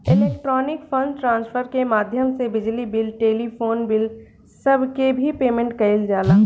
electronic fund transfer के माध्यम से बिजली बिल टेलीफोन बिल सब के भी पेमेंट कईल जाला